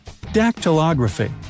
Dactylography